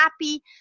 happy